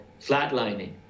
flatlining